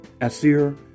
Asir